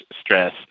stress